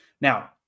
Now